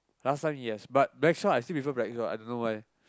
last time yes but blackshot I see before blackshot i don't know why